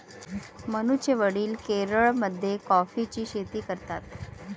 मनूचे वडील केरळमध्ये कॉफीची शेती करतात